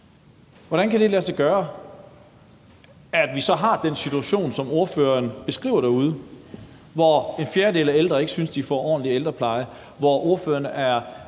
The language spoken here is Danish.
Hvordan kan det så lade sig gøre, at vi har den situation derude, som ordføreren beskriver, hvor en fjerdedel af de ældre ikke synes, at de får ordentlig ældrepleje, og hvor ordføreren er